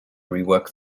rework